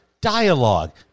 dialogue